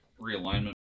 realignment